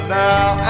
now